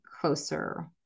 closer